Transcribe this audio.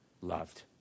loved